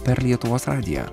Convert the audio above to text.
per lietuvos radiją